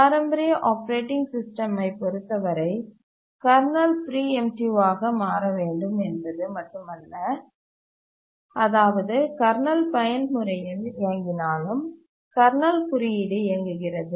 பாரம்பரிய ஆப்பரேட்டிங் சிஸ்டமை பொறுத்தவரை கர்னல் பிரீஎம்ட்டிவ் ஆக மாற வேண்டும் என்பது மட்டுமல்ல அதாவது கர்னல் பயன்முறையில் இயங்கினாலும் கர்னல் குறியீடு இயங்குகிறது